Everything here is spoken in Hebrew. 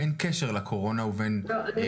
אין